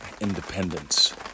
independence